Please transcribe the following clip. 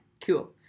Cool